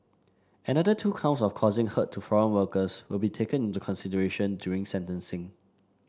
another two counts of causing hurt to foreign workers will be taken into consideration during sentencing